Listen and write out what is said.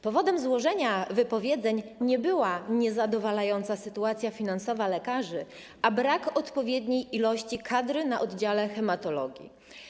Powodem złożenia wypowiedzeń nie była niezadowalająca sytuacja finansowa lekarzy, a brak odpowiedniej ilości kadry na oddziale hematologii.